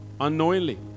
Unknowingly